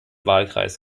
wahlkreis